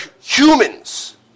humans